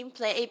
Play